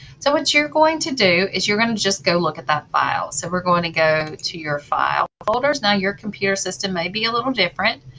so what you're going to do is you're going to just go look at that file, so we're going to go to your file folders now your computer system may be a little different,